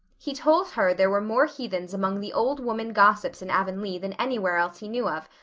he told her there were more heathens among the old woman gossips in avonlea than anywhere else he knew of,